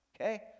Okay